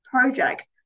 project